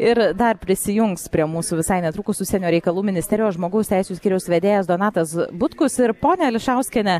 ir dar prisijungs prie mūsų visai netrukus užsienio reikalų ministerijos žmogaus teisių skyriaus vedėjas donatas butkus ir ponia ališauskiene